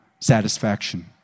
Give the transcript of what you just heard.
satisfaction